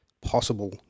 possible